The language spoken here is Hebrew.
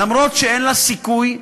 אף שאין לה סיכוי,